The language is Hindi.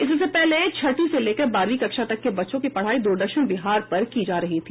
इससे पहले छठी से लेकर बारहवीं कक्षा तक के बच्चों की पढाई दूरदर्शन बिहार पर की जा रही है